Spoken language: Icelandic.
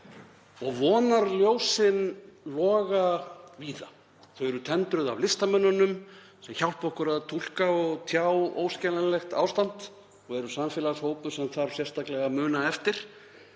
Og vonarljósin loga víða — þau eru tendruð af listamönnunum sem hjálpa okkur að túlka og tjá óskiljanlegt ástand og eru samfélagshópur sem þarf sérstaklega að muna eftir.